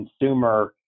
consumer